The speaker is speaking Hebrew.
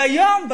אבל היום,